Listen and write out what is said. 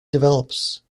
develops